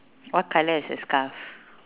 what colour is the scarf